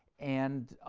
and